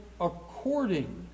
according